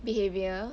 behaviour